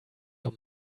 your